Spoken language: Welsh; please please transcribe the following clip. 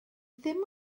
ddim